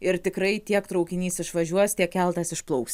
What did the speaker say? ir tikrai tiek traukinys išvažiuos tiek keltas išplauks